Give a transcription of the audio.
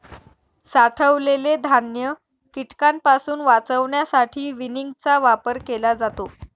साठवलेले धान्य कीटकांपासून वाचवण्यासाठी विनिंगचा वापर केला जातो